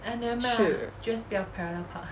是